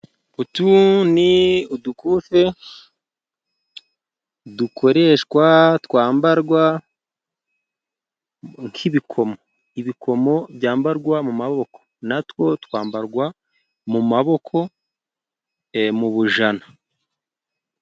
Utu ni udukufe dukoreshwa twambarwa nk'ibikomo, ibikomo byambarwa mu maboko natwo twambarwa mu maboko mu bujana.